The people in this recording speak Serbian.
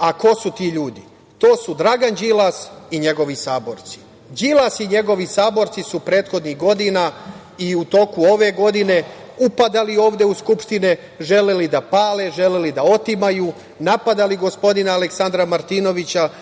a ko su ti ljudi? To su Dragan Đilas i njegovi saborci. Đilas i njegovi saborci su prethodnih godina i u toku ove godine upadali ovde u Skupštinu, želeli da pale, želeli da otimaju, napadali gospodina Aleksandra Martinovića